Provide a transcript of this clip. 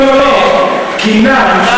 קינה.